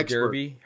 Derby